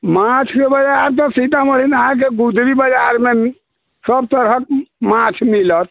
माछ लेबै आओर जाउ सीतामढ़ीमे आओर जाउ गुदरी बजारमे सबतरहके माछ मिलत